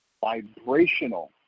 vibrational